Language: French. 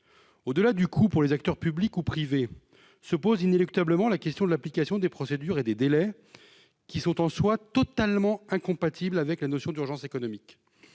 Au-delà du coût pour les acteurs publics ou privés se pose inéluctablement la question de l'application des procédures et des délais, qui sont, en soi, totalement incompatibles avec la notion d'urgence économique.